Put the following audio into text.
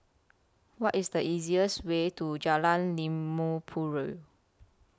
What IS The easiest Way to Jalan Limau Purut